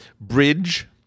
Bridge